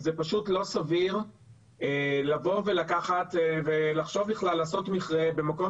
זה פשוט לא סביר לבוא ולחשוב בכלל לעשות מכרה במקום